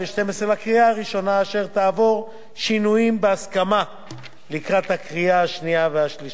אשר תעבור שינויים בהסכמה לקראת הקריאה השנייה והשלישית.